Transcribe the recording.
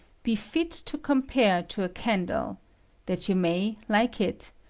be fit to compare to a can die that you may, like it,